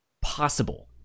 possible